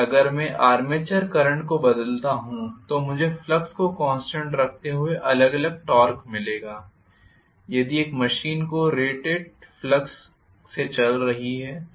और अगर मैं आर्मेचर करंट को बदलता हूँ तो मुझे फ्लक्स को कॉन्स्टेंट रखते हुए अलग अलग टॉर्क मिलेगा यदि एक मशीन रेटेड फ्लक्स से चल रही है